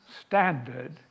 standard